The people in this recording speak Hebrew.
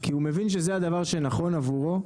כי הוא מבין שזה הדבר שנכון עבורו,